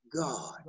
God